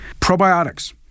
Probiotics